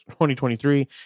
2023